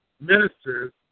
ministers